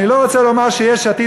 אני לא רוצה להגיד שיש עתיד,